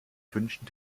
wünschen